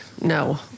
no